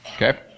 Okay